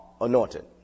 anointed